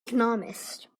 economist